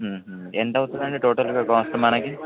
ఎంత అవుతుంది అండి టోటల్గా కోస్తా మనకు